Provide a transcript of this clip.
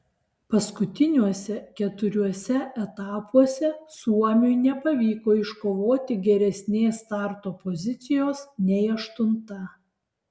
paskutiniuose keturiuose etapuose suomiui nepavyko iškovoti geresnės starto pozicijos nei aštunta